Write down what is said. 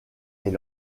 est